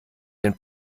den